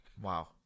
Wow